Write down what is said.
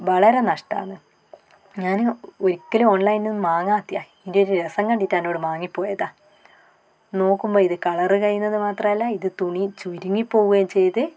വളരെ നഷ്ടമാന്ന് ഞാൻ ഒരിക്കലും ഓൺലൈനിൽ നിന്ന് വാങ്ങാത്തെയാണ് ഇതിൻ്റെ ഒരു രസം കണ്ടിട്ടാണ് വാങ്ങി പോയതാണ് നോക്കുമ്പോൾ ഇത് കളർ കഴിഞ്ഞത് മാത്രമല്ല ഇത് തുണി ചുരുങ്ങി പോവുകയും ചെയ്തു